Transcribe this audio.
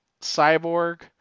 cyborg